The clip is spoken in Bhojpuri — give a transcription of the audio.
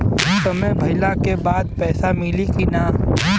समय भइला के बाद पैसा मिली कि ना?